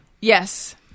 Yes